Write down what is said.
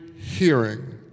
hearing